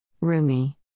Rumi